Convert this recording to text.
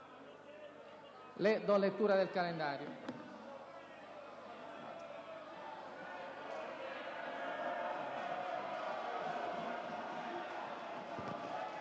Do lettura del calendario,